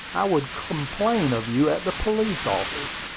i would complain of you at the police office.